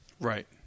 Right